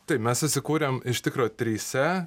taip mes susikūrėm iš tikro trise